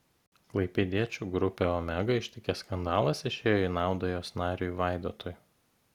klaipėdiečių grupę omega ištikęs skandalas išėjo į naudą jos nariui vaidotui